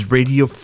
Radio